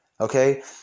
Okay